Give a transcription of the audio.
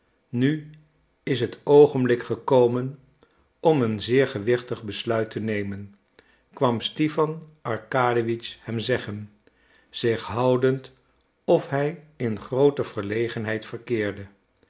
nu is het oogenblik gekomen om een zeer gewichtig besluit te nemen kwam stipan arkadiewitsch hem zeggen zich houdend of hij in groote verlegenheid verkeerde